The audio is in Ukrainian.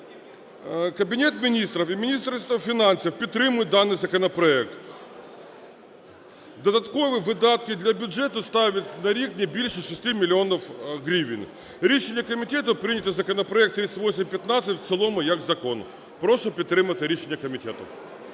Кабінет Міністрів і Міністерство фінансів підтримують даний законопроект. Додаткові видатки для бюджету становлять на рік не більше 6 мільйонів гривень. Рішення комітету: прийняти законопроект 3815 в цілому як закон. Прошу підтримати рішення комітету.